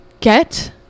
get